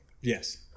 Yes